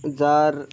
যার